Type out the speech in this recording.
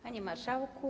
Panie Marszałku!